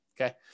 Okay